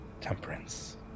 Temperance